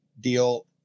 deal